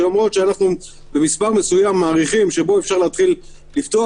שאומרות שאנחנו במספר מסוים מעריכים שבו אפשר להתחיל לפתוח,